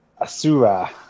Asura